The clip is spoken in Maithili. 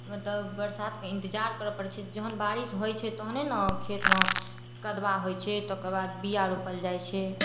मतलब बरसातके इन्तजार करऽ पड़ै छै जहन बारिश होइ छै तहने नऽ खेतमे कदवा होइ छै तकर बाद बिआ रोपल जाइ छै